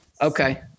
Okay